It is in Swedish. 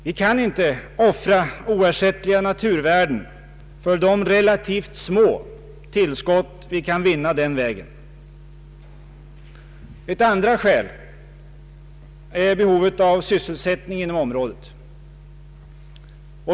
Vi kan inte offra oersättliga naturvärden för de relativt små tillskott vi kan vinna den här vägen. Ett andra skäl är behovet av sysselsättning inom området.